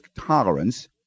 tolerance